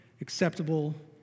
acceptable